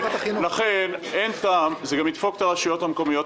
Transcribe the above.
לכן אין טעם זה גם ידפוק את הרשויות המקומיות.